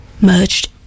merged